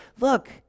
look